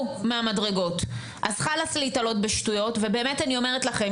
מהמדרגות אז חאלס להיתלות בשטויות ואמת אני אומרת לכם,